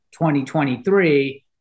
2023